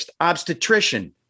obstetrician